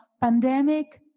pandemic